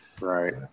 Right